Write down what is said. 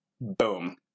Boom